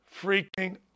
freaking